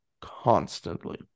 constantly